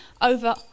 over